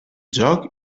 joc